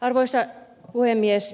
arvoisa puhemies